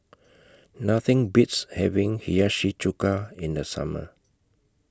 Nothing Beats having Hiyashi Chuka in The Summer